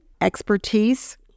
expertise